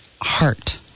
heart